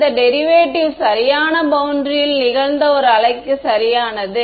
இந்த டெரிவேட்டிவ் சரியான பௌண்டரியில் நிகழ்ந்த ஒரு அலைக்கு சரியானது